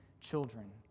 children